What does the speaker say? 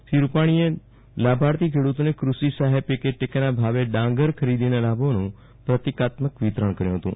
મુ ખ્યમંત્રી રૂપાણીએ લાભાર્થી ખેડુતોને કૃષિ સહાય પેકેજ ટેકાના ભાલે ડાંગર ખરીદના લાભોનું પ્રતિકાત્મક વિતરણ કર્યુ હતું